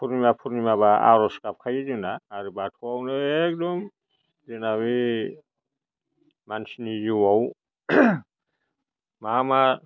फुर्निमा फुर्निमाबा आरज गाबखायो जोंना आरो बाथौआवनो एखदम जोंना बे मानसिनि जिउआव मा मा